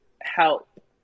help